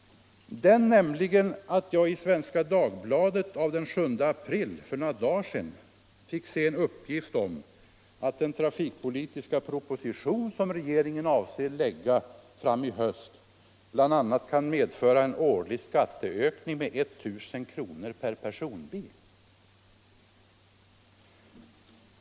Jag erinrade mig att jag i Svenska Dagbladet av den 7 april såg en uppgift om att den trafikpolitiska proposition som regeringen avser lägga fram i höst bl.a. kan medföra en årlig skatteökning med 1 000 kr. per personbil.